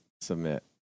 Submit